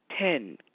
Ten